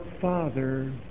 Father